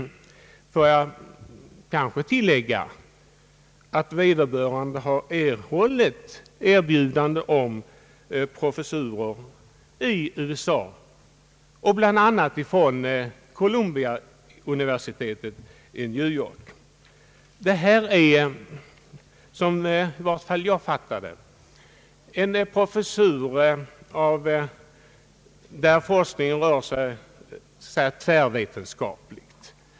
Får jag kanske också tillägga att vederbörande har mottagit erbjudande om professurer i USA, bl.a. från Columbiauniversitetet i New York. Som jag fattar saken gäller det här en professur där forskningen rör sig tvärvetenskapligt.